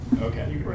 Okay